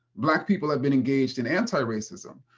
black people have been engaged in anti-racism.